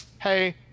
hey